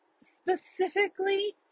specifically